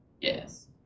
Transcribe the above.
Yes